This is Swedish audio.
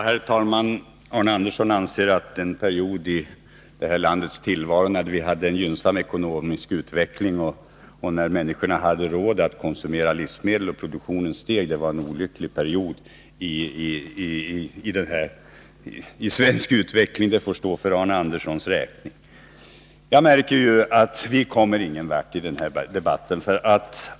Herr talman! Arne Andersson i Ljung anser att en period i det här landets tillvaro när vi hade en gynnsam ekonomisk utveckling, när människorna hade råd att konsumera livsmedel och när produktionen steg var en olycklig period. Det får stå för Arne Anderssons räkning. Jag märker att vi inte kommer någon vart i den här debatten.